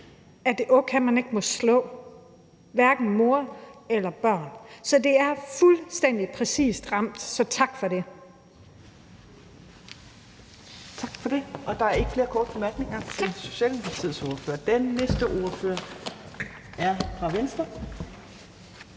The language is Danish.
at det ikke er okay, og at man ikke må slå, hverken mor eller børn. Det er fuldstændig præcist ramt, så tak for det.